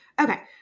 okay